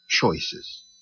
choices